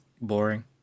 boring